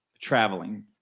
traveling